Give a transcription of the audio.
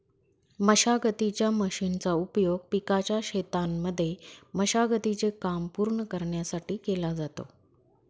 मशागतीच्या मशीनचा उपयोग पिकाच्या शेतांमध्ये मशागती चे काम पूर्ण करण्यासाठी केला जातो